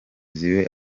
zibe